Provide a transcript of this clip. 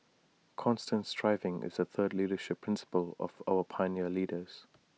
constant striving is the third leadership principle of our pioneer leaders